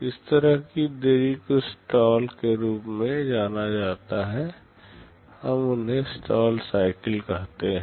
इस तरह की देरी को स्टॉल के रूप में जाना जाता है हम उन्हें स्टाल साइकिल कहते हैं